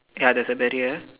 ya there is a barrier